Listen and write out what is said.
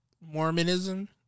Mormonism